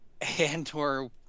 Andor